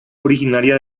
originaria